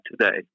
today